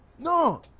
No